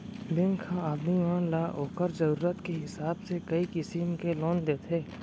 bank ह आदमी मन ल ओकर जरूरत के हिसाब से कई किसिम के लोन देथे